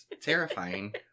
terrifying